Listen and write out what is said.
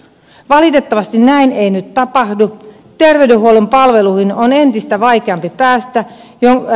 valitettavasti näin ei nyt tapahdu teledehuollon palvelujen on entistä vaikeampi päästä jalka